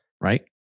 Right